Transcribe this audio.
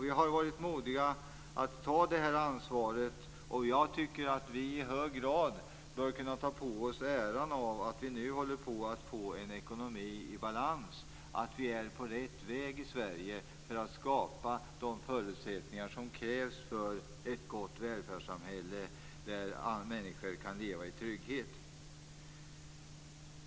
Vi har varit modiga att ta det ansvaret, och jag tycker att vi i hög grad bör kunna ta på oss äran av att vi nu håller på att få en ekonomi i balans, att vi är på rätt väg i Sverige för att skapa de förutsättningar som krävs för ett gott välfärdssamhälle där alla människor kan leva i trygghet.